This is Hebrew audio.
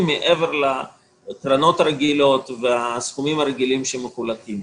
מעבר לקרנות הרגילות והסכומים הרגילים שמחולקים,